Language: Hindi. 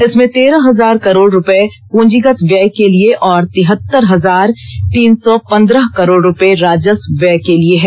इसमें तेरह हजार करोड़ रुपये पूंजीगत व्यय के लिए और तिहतर हजार तीन सौ पंद्रह करोड़ रुपये राजस्व व्यय के लिए है